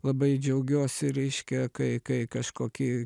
labai džiaugiuosi reiškia kai kai kažkokį